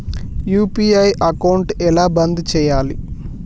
UPI account ఎలా బంద్ చేయాలి?